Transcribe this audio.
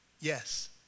Yes